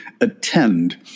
attend